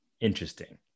interesting